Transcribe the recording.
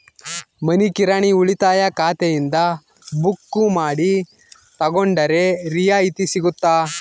ಮನಿ ಕಿರಾಣಿ ಉಳಿತಾಯ ಖಾತೆಯಿಂದ ಬುಕ್ಕು ಮಾಡಿ ತಗೊಂಡರೆ ರಿಯಾಯಿತಿ ಸಿಗುತ್ತಾ?